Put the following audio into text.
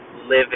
living